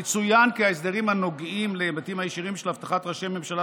יצוין כי ההסדרים הנוגעים להיבטים הישירים של אבטחת ראשי ממשלה